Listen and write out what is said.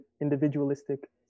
individualistic